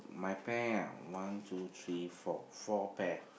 my pair one two three four four pair